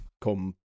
come